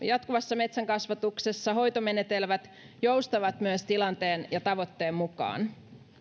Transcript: jatkuvassa metsänkasvatuksessa hoitomenetelmät joustavat myös tilanteen ja tavoitteen mukaan